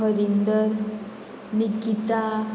Harinder Nikita